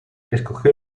escogió